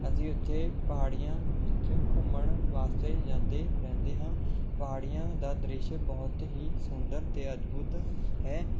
ਅਸੀਂ ਉੱਥੇ ਪਹਾੜੀਆਂ ਵਿੱਚ ਘੁੰਮਣ ਵਾਸਤੇ ਜਾਂਦੇ ਰਹਿੰਦੇ ਹਾਂ ਪਹਾੜੀਆਂ ਦਾ ਦ੍ਰਿਸ਼ ਬਹੁਤ ਹੀ ਸੁੰਦਰ ਅਤੇ ਅਦਭੁਤ ਹੈ